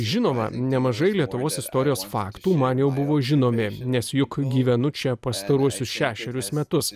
žinoma nemažai lietuvos istorijos faktų man jau buvo žinomi nes juk gyvenu čia pastaruosius šešerius metus